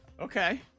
Okay